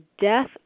death